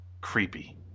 Creepy